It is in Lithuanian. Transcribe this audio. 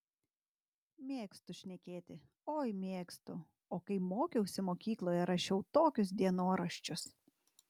mėgstu šnekėti oi mėgstu o kai mokiausi mokykloje rašiau tokius dienoraščius